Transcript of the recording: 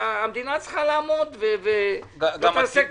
המדינה צריכה לעמוד ולא נעשה כלום.